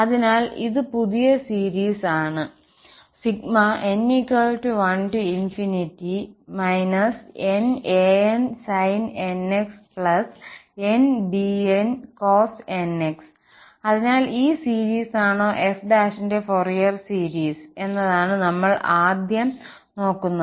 അതിനാൽ ഇത് പുതിയ സീരീസ് ആണ്n1 nan sin nxnbn cosnx അതിനാൽ ഈ സീരിസാണോ f ന്റെ ഫോറിയർ സീരിസ് എന്നതാണ് നമ്മൾ ആദ്യം നോക്കുന്നത്